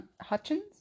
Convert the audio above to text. Hutchins